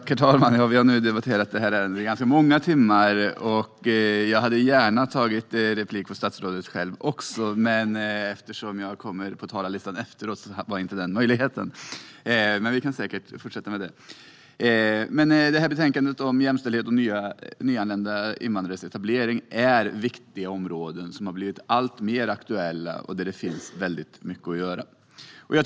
Herr talman! Vi har nu debatterat ärendet i ganska många timmar, och jag hade också gärna tagit replik på statsrådet men det var inte möjligt eftersom jag var uppsatt efter henne på talarlistan. Men vi kan säkert talas vid en annan gång. Betänkandet om jämställdhet och nyanlända invandrares etablering handlar om viktiga områden. De har blivit alltmer aktuella, och det finns mycket att göra här.